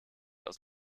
aus